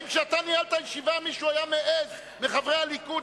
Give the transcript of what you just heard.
האם כשאתה ניהלת ישיבה מישהו מחברי הליכוד